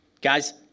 guys